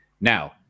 Now